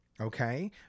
okay